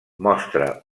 mostra